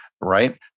right